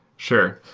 sure.